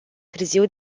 târziu